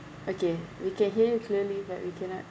okay we can hear you clearly but we cannot